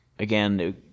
Again